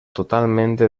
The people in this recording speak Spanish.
totalmente